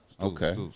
Okay